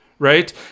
Right